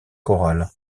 chorale